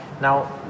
Now